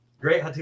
great